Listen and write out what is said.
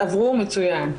עברו, מצוין.